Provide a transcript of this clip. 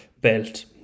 belt